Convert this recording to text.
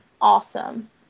awesome